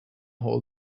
hall